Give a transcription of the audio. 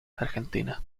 argentina